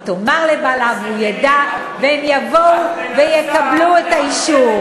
היא תאמר לבעלה והוא ידע והם יבואו והם יקבלו את האישור.